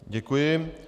Děkuji.